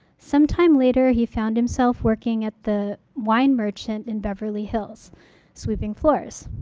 sometime later, he found himself working at the wine merchant in beverly hills sweeping floors.